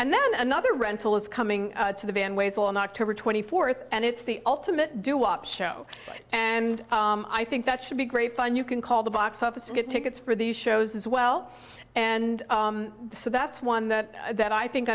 and then another rental is coming to the band ways on october twenty fourth and it's the ultimate doowop show and i think that should be great fun you can call the box office to get tickets for these shows as well and so that's one that that i think